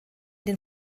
den